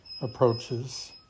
approaches